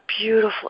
beautiful